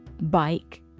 bike